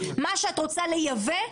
מה שאת רוצה לייבא,